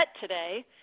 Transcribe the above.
today